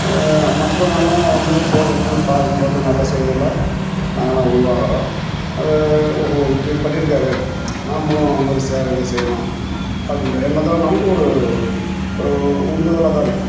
மற்றவங்களெலாம் வந்து போடுறதையும் பார்க்கும்போது நல்ல செய்தியெலாம் நாங்களும் உள் வாங்கிறோம் அது ஓஹோ இப்படி பண்ணியிருக்காரு நாம்ளும் அது மாதிரி சேவைகளை செய்யணும் அப்படின்ற எண்ணத்தோட நமக்கும் ஒரு ஒரு ஓ உந்துதலாக தான் இருக்குது